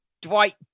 Dwight